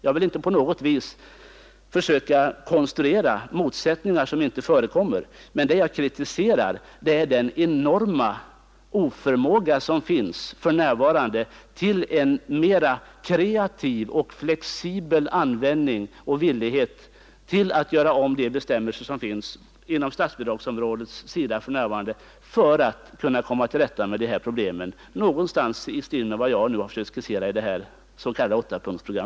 Jag vill inte alls försöka konstruera motsättningar som inte förekommer, men det jag kritiserar är den oförmåga som finns för närvarande till en mera kreativ och flexibel användning och en villighet till att göra om de bestämmelser som reglerar skolorganisation och statsbidragsbestämmelser för att komma till rätta med dessa problem — ungefär så som jag har försökt skissera i mitt s.k. åttapunktsprogram.